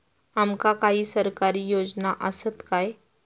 आमका काही सरकारी योजना आसत काय?